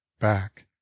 back